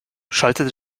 schaltete